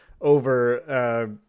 over